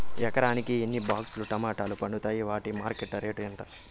ఎకరాకి ఎన్ని బాక్స్ లు టమోటాలు పండుతాయి వాటికి మార్కెట్లో రేటు ఎంత?